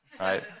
Right